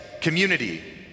community